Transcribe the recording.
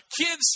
Kids